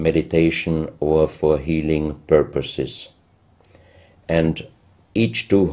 meditation or for healing purposes and each